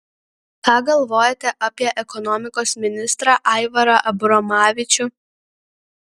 ką galvojate apie ekonomikos ministrą aivarą abromavičių